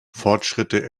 fortschritte